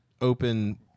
open